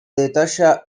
detalla